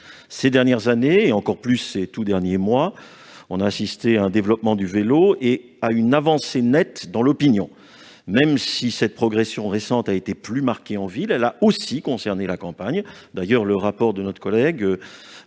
Ces dernières années, et encore plus ces tout derniers mois, nous avons assisté à un développement du vélo et à une avancée nette dans l'opinion. Même si cette progression récente a été plus marquée en ville, elle a aussi concerné la campagne. Le rapport de notre collègue